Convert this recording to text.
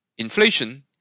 Inflation